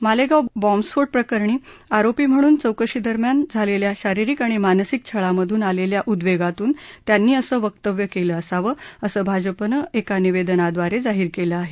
मालेगाव बाँबस्फोट प्रकरणी आरोपी म्हणून चौकशीदरम्यान झालेल्या शारिरीक आणि मानसिक छळामधून आलेल्या उद्वेगातून त्यांनी असं वक्तव्य केलं असावं असं भाजपानं एका निवेदनाद्वारे जाहीर केलं आहे